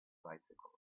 bicycles